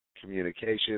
communication